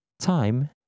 Time